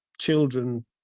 children